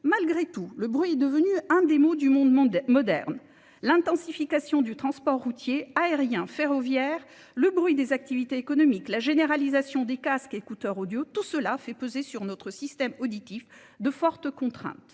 Malgré tout, le bruit est devenu un démo du monde moderne. L'intensification du transport routier, aérien, ferroviaire, le bruit des activités économiques, la généralisation des casques et écouteurs audio, tout cela fait peser sur notre système auditif de fortes contraintes.